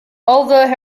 although